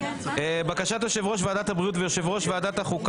בקשת יושב-ראש ועדת הבריאות ויושב-ראש ועדת החוקה